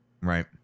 Right